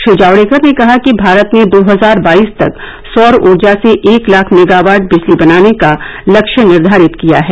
श्री जावड़ेकर ने कहा कि भारत ने दो हजार बाईस तक सौर ऊर्जा से एक लाख मेगावाट बिजली बनाने का लक्ष्य निर्धारित किया है